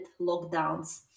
lockdowns